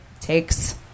takes